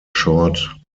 short